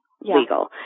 legal